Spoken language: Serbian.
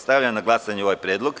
Stavljam na glasanje ovaj predlog.